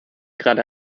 gerade